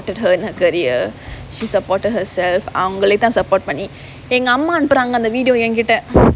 her in her career she supported herself அவங்களே தான்:avangalae thaan support பண்ணி எங்க அம்மா அனுப்புறாங்க அந்த:panni enga amma anuppuraanga antha video என் கிட்ட:en kitta